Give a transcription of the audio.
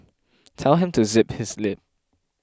tell him to zip his lip